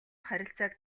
харилцааг